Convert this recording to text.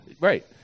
Right